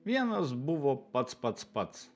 vienas buvo pats pats pats